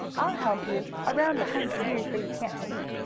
i'll help you around behind your ears where you can't see,